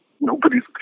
Nobody's